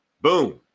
Boom